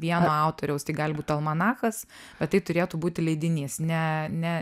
vieno autoriaus tai gali būt almanachas bet tai turėtų būti leidinys ne ne